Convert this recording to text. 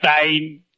fine